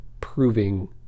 proving